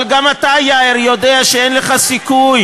אבל גם אתה, יאיר, יודע שאין לך סיכוי